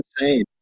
insane